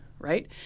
right